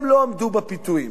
הם לא עמדו בפיתויים.